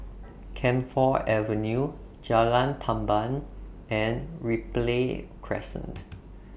Camphor Avenue Jalan Tamban and Ripley Crescent